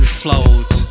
float